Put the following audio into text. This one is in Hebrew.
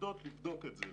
למעבדות לבדוק את זה.